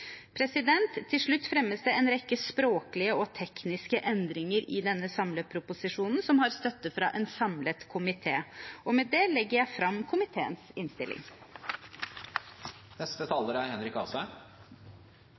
Til slutt fremmes det en rekke språklige og tekniske endringer i denne samleproposisjonen som har støtte fra en samlet komité. Med det anbefaler jeg komiteens innstilling.